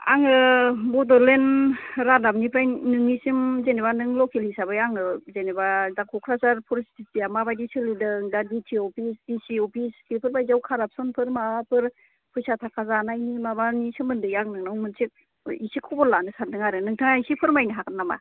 आङो बड'लेण्ड रादाबनिफ्राय नोंनिसिम जेनोबा नों लकेल हिसाबै आङो जेनोबा दा क'क्राझार फरिसतितिया माबायदि सोलिदों दा D T O office D C office बेफोर बायदियाव कारापसनफोर माबाफोर फैसा थाखा जानायनि माबानि सोमोन्दै आं नोंनाव एसे खबार लानो सानदों आरो नोंथाङा एसे फोरमायनो हागोन नामा